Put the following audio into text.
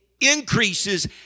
increases